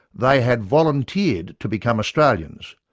they had volunteered to become australians,